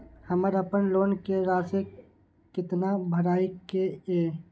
हमर अपन लोन के राशि कितना भराई के ये?